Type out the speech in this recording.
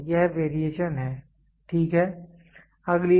तो यह वेरिएशन है ठीक है